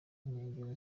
nkengero